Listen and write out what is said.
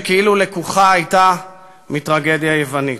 שכאילו לקוחה הייתה מטרגדיה יוונית.